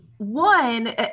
One